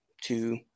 two